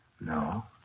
No